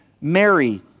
Mary